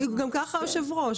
גם כך הוא יושב הראש.